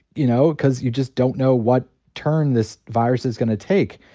you know, because you just don't know what turn this virus is going to take.